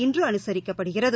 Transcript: இன்று அனுசரிக்கப்படுகிறது